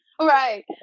Right